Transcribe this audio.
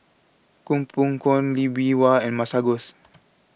Koh Poh Koon Lee Bee Wah and Masagos